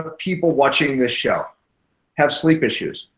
ah people watching this show have sleep issues.